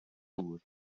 gŵr